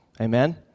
Amen